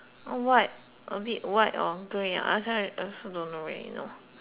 a bit white or grey ah I so I also don't really know